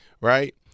right